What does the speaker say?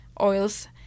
oils